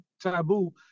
taboo